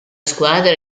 squadra